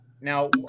Now